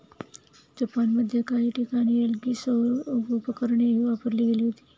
जपानमध्ये काही ठिकाणी हलकी सौर उपकरणेही वापरली गेली होती